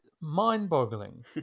mind-boggling